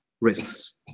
risks